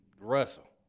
Russell